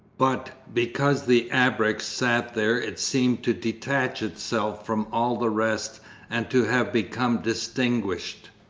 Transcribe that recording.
but because the abreks sat there it seemed to detach itself from all the rest and to have become distinguished.